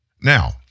Now